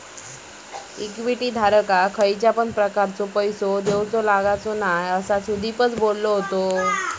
equity धारकाक खयच्या पण प्रकारचो पैसो देऊक लागणार नाय हा, असा सुदीपच बोललो